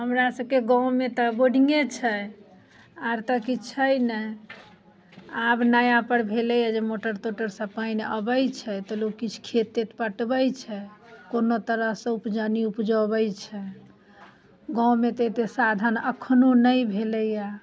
हमरासभके गाममे तऽ बोर्डिंगे छै आओर तऽ किछु छै नहि आब नया पर भेलैए जे मोटर तोटरसँ पानि अबैत छै तऽ लोक किछु खेत तेत पटबैत छै कोनो तरहसँ उपजौनी उपजबैत छै गाममे तऽ एतेक साधन एखनो नहि भेलैए